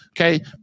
Okay